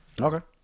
Okay